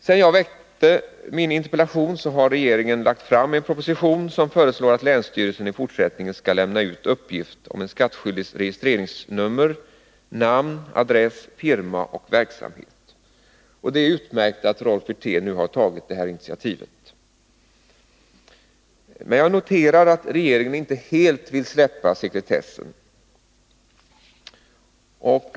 Sedan jag framställde min interpellation har regeringen lagt fram en proposition, som föreslår att länsstyrelsen i fortsättningen skall lämna ut uppgift om skattskyldigs registreringsnummer, namn, adress, firma och verksamhet. Det är utmärkt att Rolf Wirtén nu har tagit detta initiativ. Men 94 jag noterar att regeringen inte helt vill slopa sekretessen.